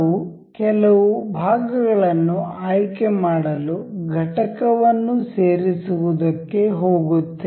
ನಾವು ಕೆಲವು ಭಾಗಗಳನ್ನು ಆಯ್ಕೆ ಮಾಡಲು ಘಟಕವನ್ನು ಸೇರಿಸುವದಕ್ಕೆ ಹೋಗುತ್ತೇವೆ